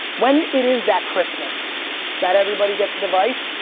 when it is that christmas that everybody gets a device,